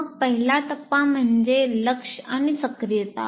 मग पहिला टप्पा म्हणजे लक्ष आणि सक्रियता